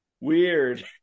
Weird